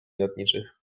lotniczych